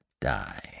die